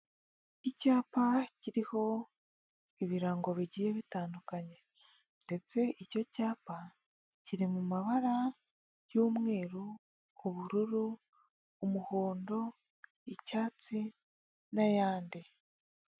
Icyapa kiriho ibirango bigiye bitandukanye, ndetse icyo cyapa kiri mu mabara y'umweru, ubururu, umuhondo, icyatsi, n'ayandi.